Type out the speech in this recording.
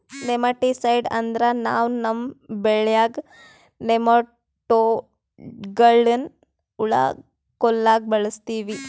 nematicide ಅಂದ್ರ ನಾವ್ ನಮ್ಮ್ ಬೆಳ್ಯಾಗ್ ನೆಮಟೋಡ್ಗಳ್ನ್ ಹುಳಾ ಕೊಲ್ಲಾಕ್ ಬಳಸ್ತೀವಿ